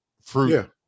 fruit